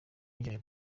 yijeje